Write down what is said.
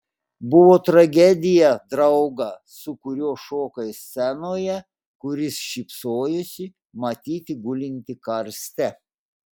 buvo tragedija draugą su kuriuo šokai scenoje kuris šypsojosi matyti gulintį karste